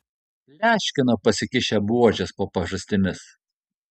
pleškino pasikišę buožes po pažastimis